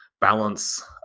balance